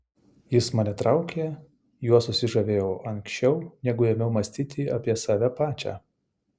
jis mane traukė juo susižavėjau anksčiau negu ėmiau mąstyti apie save pačią